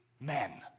men